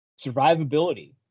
survivability